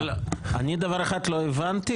אבל אני דבר אחד לא הבנתי,